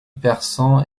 persan